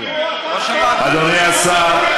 הוא משתייך לחמולה שיצאו ממנה מחבלים, אדוני השר.